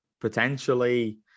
Potentially